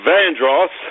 Vandross